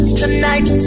tonight